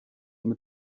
mit